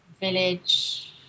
village